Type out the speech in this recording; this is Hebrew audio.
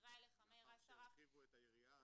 מחזירה אליך מאיר אסרף --- מאחר שהרחיבו את היריעה,